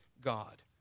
God